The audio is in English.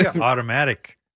Automatic